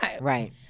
Right